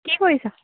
কি কৰিছা